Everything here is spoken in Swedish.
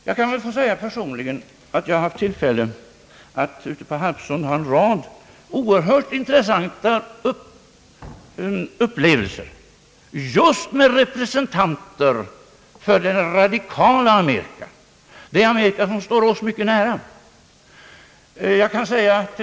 Jag har personligen på Harpsund haft en rad oerhört intressanta upplevelser just med representanter för det radikala Amerika, det Amerika som står oss mycket nära.